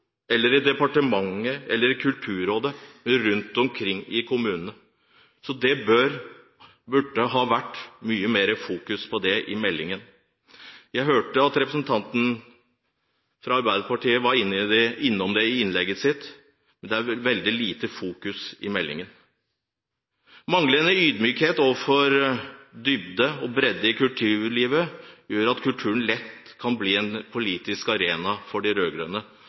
eller i departementet eller i Kulturrådet, men rundt omkring i kommunene. Det burde ha vært mye mer fokus på det i meldingen. Jeg hørte at representanten fra Arbeiderpartiet var innom det i innlegget sitt, men det er veldig lite fokus på det i meldingen. Manglende ydmykhet overfor dybden og bredden i kulturlivet gjør at kulturen lett kan bli en politisk arena for de